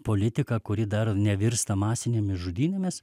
politika kuri dar nevirsta masinėmis žudynėmis